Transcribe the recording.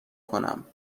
کنم